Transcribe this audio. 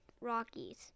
Rockies